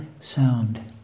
sound